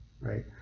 right